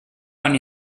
one